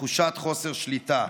תחושת חוסר שליטה,